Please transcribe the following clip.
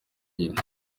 bintu